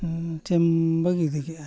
ᱦᱮᱸ ᱪᱮᱢ ᱵᱟᱹᱜᱤ ᱤᱫᱤ ᱠᱮᱫᱼᱟ